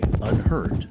unhurt